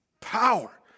power